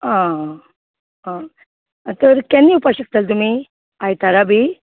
आ आ तर केन्ना येवपा शकतात तुमी आयतारा बी